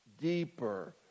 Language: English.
deeper